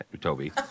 toby